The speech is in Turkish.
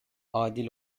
adil